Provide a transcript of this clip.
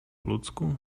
ludzku